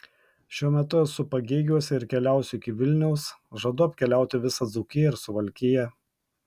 šiuo metu esu pagėgiuose ir keliausiu iki vilniaus žadu apkeliauti visą dzūkiją ir suvalkiją